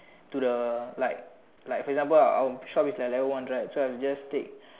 to the like like for example our shop is at level one right so I will just take